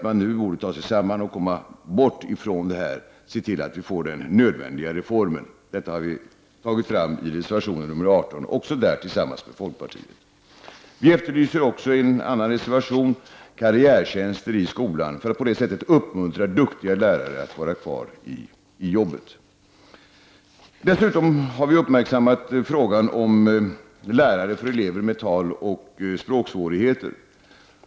Man borde nu ta sig samman, komma bort från detta och se till att vi får den nödvändiga reformen. Detta har vi tagit fram i reservation nr 18, också där tillsammans med folkpartiet. Vi efterlyser i en annan reservation karriärtjänster i skolan för att på det sättet uppmuntra duktiga lärare att vara kvar i jobbet. Dessutom har vi uppmärksammat frågan om lärare för elever med taloch språksvårigheter.